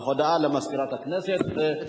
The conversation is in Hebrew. הודעה למזכירת הכנסת, בבקשה.